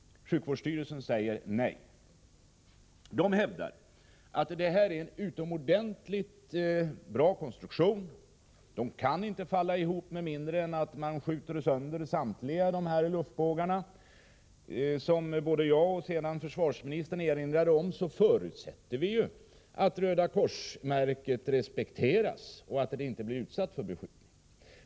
Sjukvårdsstyrelsen säger nej och hävdar att det är en utomordentligt bra konstruktion. Tälten kan inte falla ihop med mindre än att samtliga luftbågar skjuts sönder. Som både försvarsministern och jag framhöll förutsätter vi ju att Röda kors-märket respekteras, så att det inte blir någon beskjutning.